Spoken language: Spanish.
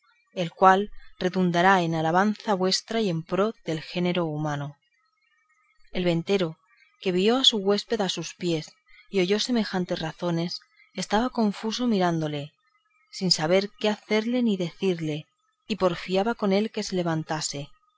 el cual redundará en alabanza vuestra y en pro del género humano el ventero que vio a su huésped a sus pies y oyó semejantes razones estaba confuso mirándole sin saber qué hacerse ni decirle y porfiaba con él que se levantase